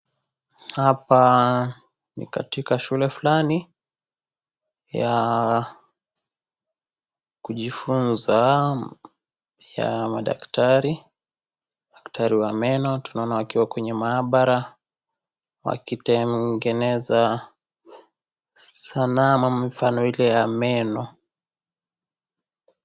Hapa ni katika shule fulani ya kujifunza ya madaktari. Madaktari wa meno, tunuono wako kwenye maabara, wakitengeneza sanamu ama mfano ile ya meno.